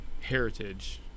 heritage